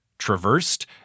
traversed